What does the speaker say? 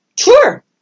Sure